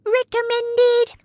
recommended